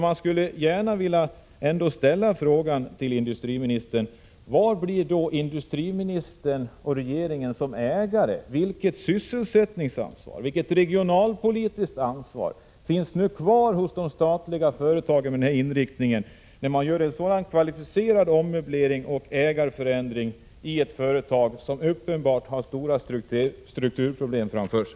Jag skulle ändå vilja ställa frågan till industriministern: Vilket sysselsättningsansvar och vilket regionalpolitiskt ansvar finns nu kvar hos staten och industriministern, när det sker en så genomgripande ommöblering och ägarförändring i ett företag som uppenbart har stora strukturproblem framför sig?